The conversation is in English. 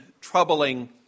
troubling